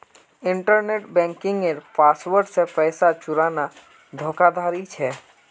internet बन्किंगेर password से पैसा चुराना धोकाधाड़ी छे